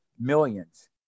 millions